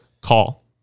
call